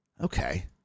okay